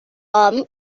hom